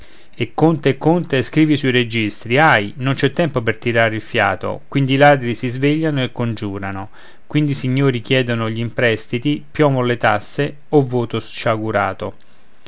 e conta e scrivi sui registri ahi non c'è tempo per tirare il fiato quindi i ladri si svegliano e congiurano quindi i signori chiedono gl'imprestiti piovon le tasse o voto sciagurato